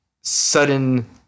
sudden